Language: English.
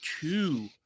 two